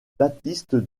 bassiste